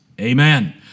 Amen